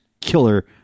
killer